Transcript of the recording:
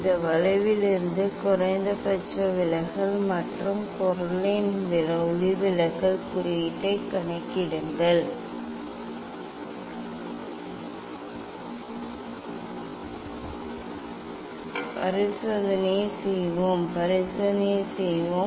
இந்த வளைவிலிருந்து குறைந்தபட்ச விலகல் மற்றும் பொருளின் ஒளிவிலகல் குறியீட்டைக் கணக்கிடுங்கள் பரிசோதனையைச் செய்வோம் பரிசோதனையைச் செய்வோம்